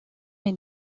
est